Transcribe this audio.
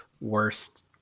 worst